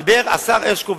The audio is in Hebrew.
דיבר השר הרשקוביץ,